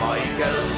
Michael